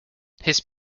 his